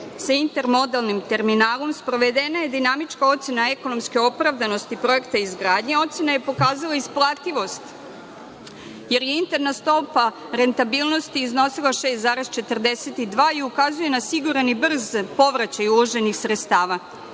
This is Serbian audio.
sa intermodelnim terminalom sprovedena je dinamička ocena ekonomske opravdanosti projekta izgradnje. Ocena je pokazala isplativost jer je interna stopa rentabilnosti iznosila 6,42 i ukazuje na siguran i brz povraćaj uloženih sredstava.Međutim,